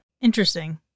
Interesting